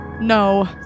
No